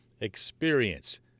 experience